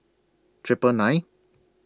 Triple nine